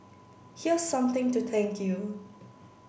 here's something to thank you